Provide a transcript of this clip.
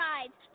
Rides